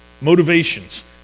motivations